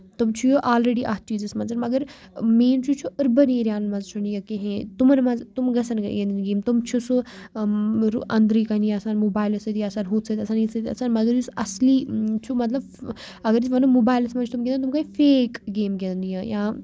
تِم چھِ یہِ آلریڈی اَتھ چیٖزَس منٛز مَگر مین چیٖز چھُ أربن ایریا ہن منٛز چھُ نہٕ یہِ کِہینۍ تِمن منٛز تِم گژھن ینۍ یِم تِم چھُ سُہ أندری کٔنۍ آسان سُہ موبالہٕ سۭتۍ یا آسان ہُتھ سۭتۍ آسان یتھ سۭتۍ آسان مَگر یُس اَصٕلی چھُ مطلب اَگر أسۍ وَنو موبالَس منٛز چھِ تٕم گندان تِم گٔے فیک گیمہٕ گندٕنۍ یا